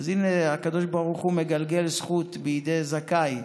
אז הינה, הקדוש ברוך הוא מגלגל זכות בידי זכאי,